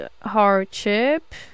hardship